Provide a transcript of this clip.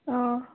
অঁ